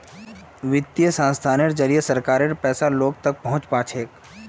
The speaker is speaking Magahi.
वित्तीय संस्थानेर जरिए सरकारेर पैसा गरीब तक पहुंच पा छेक